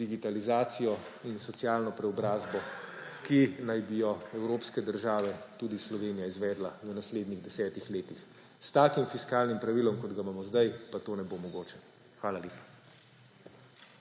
digitalizacijo in socialno preobrazbo, ki naj bi jo evropske države, tudi Slovenija, izvedle v naslednjih desetih letih. S takim fiskalnim pravilom, kot ga imamo zdaj, pa to ne bo mogoče. Hvala lepa.